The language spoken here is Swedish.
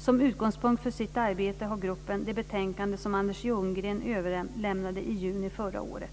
Som utgångspunkt för sitt arbete har gruppen det betänkande som Anders Ljunggren överlämnade i juni förra året.